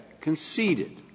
Conceded